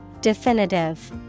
Definitive